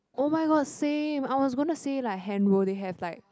oh my god same I was gonna say like handroll they have like